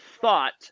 thought